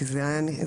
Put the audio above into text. כי זה נכלל,